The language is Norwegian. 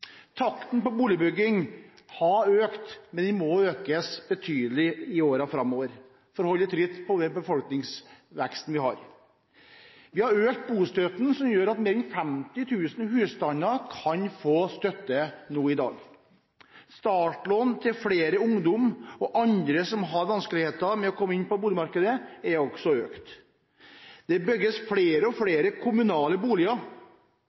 Takten på boligbyggingen har økt, men den må økes betydelig i årene framover for å holde tritt med den befolkningsveksten vi har. Vi har økt bostøtten, noe som gjør at mer enn 50 000 husstander kan få støtte i dag. Startlån til flere ungdommer og andre som har vanskeligheter med å komme inn på boligmarkedet, er også økt. Det bygges flere og flere kommunale boliger.